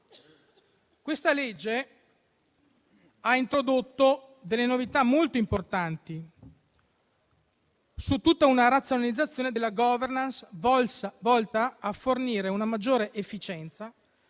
Questa legge ha introdotto delle novità molto importanti su tutta una razionalizzazione della *governance*, volta a fornire una maggiore efficienza.